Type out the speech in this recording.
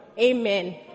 Amen